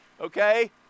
Okay